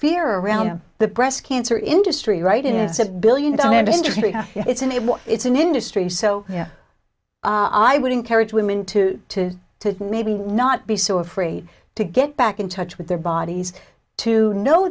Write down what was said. fear around the breast cancer industry right it is a billion dollar industry it's and if it's an industry so i would encourage women to to to maybe not be so afraid to get back in touch with their bodies to know